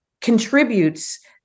contributes